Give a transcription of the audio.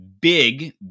big